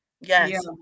Yes